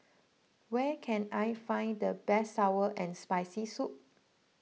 where can I find the best Sour and Spicy Soup